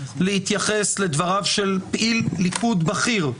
להתייחס לדבריו של פעיל ליכוד בכיר,